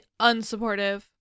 unsupportive